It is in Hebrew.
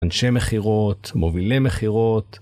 אנשי מכירות, מובילי מכירות.